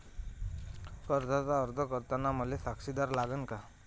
कर्जाचा अर्ज करताना मले साक्षीदार लागन का?